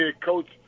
coach